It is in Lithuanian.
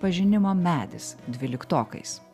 pažinimo medis dvyliktokais